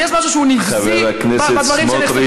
אם יש משהו שהוא נבזי בדברים שנחשפו,